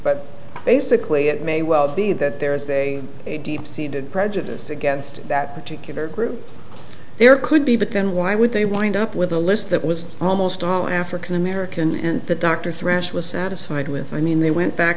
but basically it may well be that there is a deep seated prejudice against that particular group there could be but then why would they wind up with a list that was almost all african american and that dr thrash was satisfied with i mean they went back